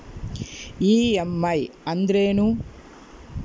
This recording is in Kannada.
ಇ.ಎಮ್.ಐ ಅಂದ್ರೇನು?